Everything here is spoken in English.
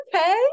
okay